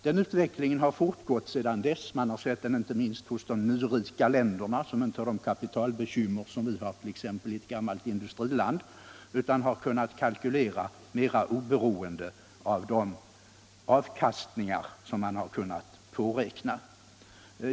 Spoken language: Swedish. Den utvecklingen har fortgått sedan dess. Man har sett den inte minst hos de nyrika länderna — som inte har de kapitalbekymmer som vi t.ex. har — utan har kunnat kalkylera mer oberoende av vilken avkastning de har kunnat påräkna.